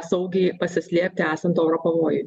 saugiai pasislėpti esant oro pavojui